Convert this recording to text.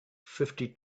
fifty